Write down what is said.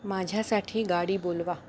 माझ्यासाठी गाडी बोलवा